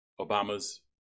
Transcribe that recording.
Obama's